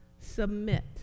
Submit